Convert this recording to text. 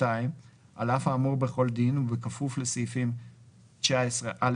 על אף האמור בכל דין ובכפוף לסעיפים 19(א)(2)